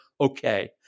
Okay